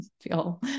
feel